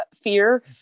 fear